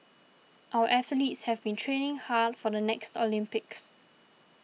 our athletes have been training hard for the next Olympics